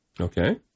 Okay